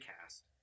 cast